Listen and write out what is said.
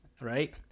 Right